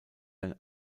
ein